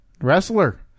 wrestler